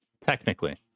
Technically